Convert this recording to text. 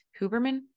Huberman